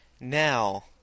Now